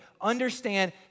understand